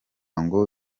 ngo